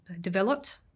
developed